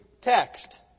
text